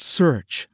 search